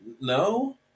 No